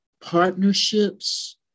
partnerships